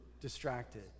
distracted